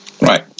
Right